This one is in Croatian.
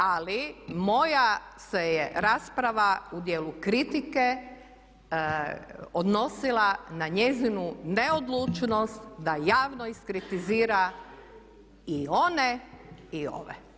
Ali moja se je rasprava u dijelu kritike odnosila na njezinu neodlučnost da javno iskritizira i one i ove.